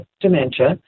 dementia